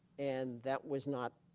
and that was not